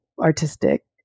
artistic